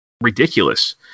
Ridiculous